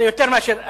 זה יותר מאשר,